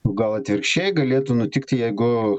o gal atvirkščiai galėtų nutikti jeigu